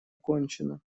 окончена